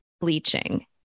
bleaching